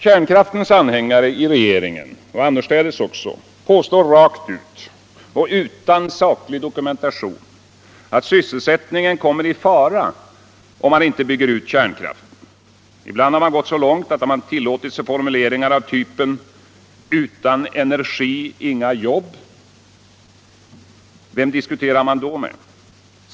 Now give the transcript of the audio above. Kärnkraftens anhängare i regeringen och annorstädes påstår rakt ut — och utan saklig dokumentation — att sysselsättningen kommer i fara om man inte bygger ut kärnkraften. Ibland har man gått så långt att man har tillåtit sig formuleringar av typen ”utan energi inga jobb”. Vem diskuterar man då med?